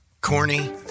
Corny